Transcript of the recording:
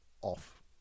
Off